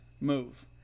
move